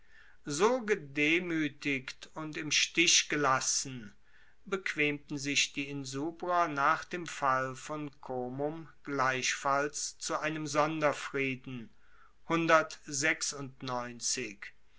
so gedemuetigt und im stich gelassen bequemten sich die insubrer nach dem fall von comum gleichfalls zu einem